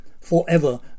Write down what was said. forever